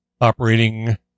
operating